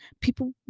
people